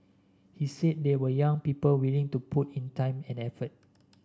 he said there were young people willing to put in time and effort